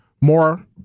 more